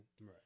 Right